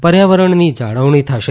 પર્યાવરણની જાળવણી થશે